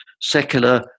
secular